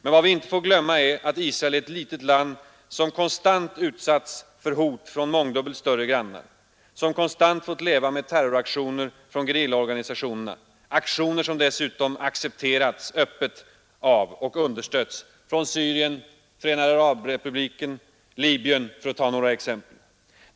Men vad vi inte får glömma är att Israel är ett litet land som konstant utsatts för hot från mångdubbelt större grannar, som konstant fått leva med terroraktioner från gerillaorganisationerna, aktioner som dessutom accepterats av och understötts från Syrien, Förenade arabrepubliken, Libyen — för att ta några exempel.